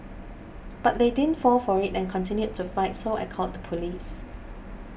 but they didn't fall for it and continued to fight so I called police